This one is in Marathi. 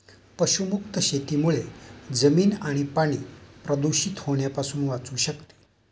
पशुमुक्त शेतीमुळे जमीन आणि पाणी प्रदूषित होण्यापासून वाचू शकते